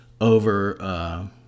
over